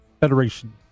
Federation